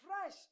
fresh